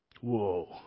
Whoa